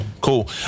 Cool